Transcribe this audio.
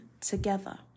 together